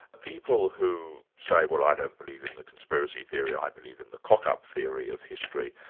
people who say, well i don't believe in the conspiracy theory, i believe in the cock-up theory of history',